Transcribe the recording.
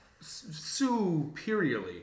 Superiorly